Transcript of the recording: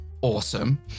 awesome